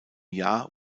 jahr